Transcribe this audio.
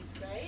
right